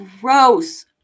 Gross